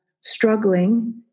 Struggling